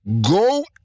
go